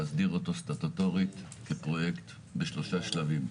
להסדיר אותו סטטוטורית כפרויקט בשלושה שלבים.